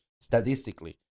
statistically